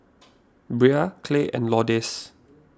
Bria Clay and Lourdes